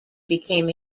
became